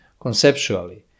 conceptually